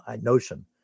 notion